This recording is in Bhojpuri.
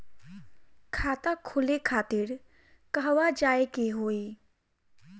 खाता खोले खातिर कहवा जाए के होइ?